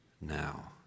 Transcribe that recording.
now